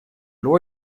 law